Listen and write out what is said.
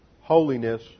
holiness